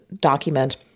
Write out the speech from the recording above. document